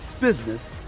business